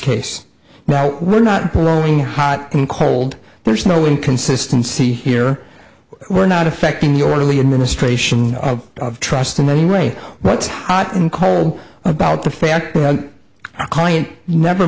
case now we're not blowing hot and cold there's no inconsistency here we're not affecting the orderly administration trust him anyway what's hot and cold about the fact that our client never